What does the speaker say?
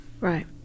Right